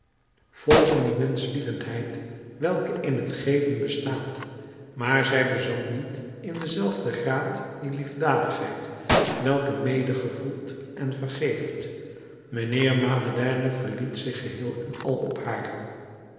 vol van die menschlievendheid welke in het geven bestaat maar zij bezat niet in denzelfden graad die liefdadigheid welke medegevoelt en vergeeft mijnheer madeleine verliet zich geheel en al op haar